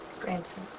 Grandson